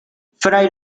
fray